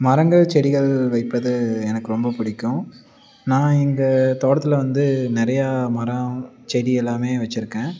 மரங்கள் செடிகள் வைப்பது எனக்கு ரொம்ப பிடிக்கும் நான் எங்கள் தோட்டத்ததில் வந்து நிறையா மரம் செடி எல்லாம் வச்சுருக்கேன்